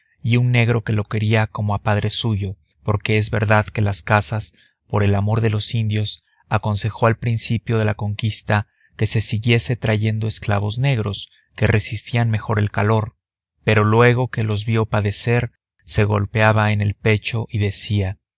y un negro que lo quería como a padre suyo porque es verdad que las casas por el amor de los indios aconsejó al principio de la conquista que se siguiese trayendo esclavos negros que resistían mejor el calor pero luego que los vio padecer se golpeaba el pecho y decía